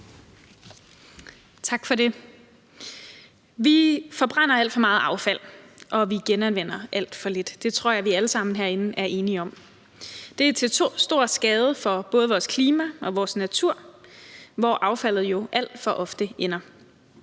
Tak for det. Vi forbrænder alt for meget affald, og vi genanvender alt for lidt. Det tror jeg vi alle sammen herinde er enige om. Det er til stor skade for både vores klima og vores natur, hvor affaldet jo alt for ofte ender.